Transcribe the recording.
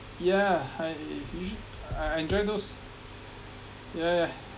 yeah I usually I enjoy those yeah yeah